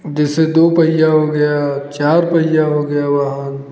जैसे दो पहिया हो गया चार पहिया हो गया वाहन